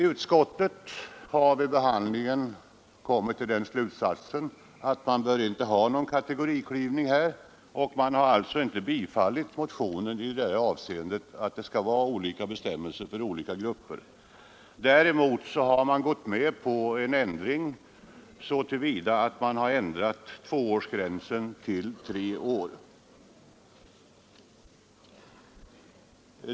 Utskottet har vid behandlingen av motionen kommit till den slutsatsen att man inte bör ha någon kategoriklyvning, och utskottet har därför inte tillstyrkt motionsyrkandet om olika bestämmelser för olika grupper. Däremot har utskottsmajoriteten tillstyrkt en ändring så till vida att spärren för omval flyttas från två till tre år.